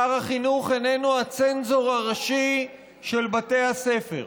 שר החינוך איננו הצנזור הראשי של בתי הספר.